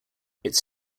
its